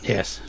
Yes